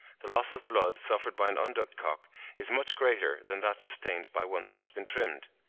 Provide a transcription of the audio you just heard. the loss of blood suffered by an undubbed cock is much greater than that sustained by one that has been trimmed.